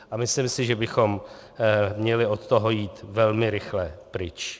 A myslím si, že bychom měli od toho jít velmi rychle pryč.